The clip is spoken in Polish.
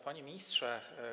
Panie Ministrze!